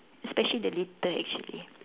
especially the litter actually